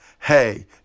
Hey